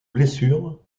blessure